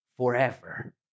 forever